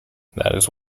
his